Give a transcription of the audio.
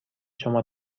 شما